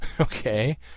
okay